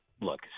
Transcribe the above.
Look